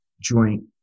joint